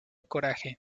coraje